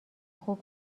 خوب